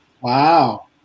Wow